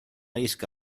isca